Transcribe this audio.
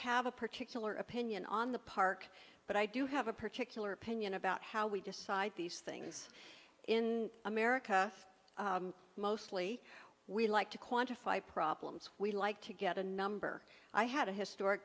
have a particular opinion on the park but i do have a particular opinion about how we decide these things in america mostly we like to quantify problems we like to get a number i had a historic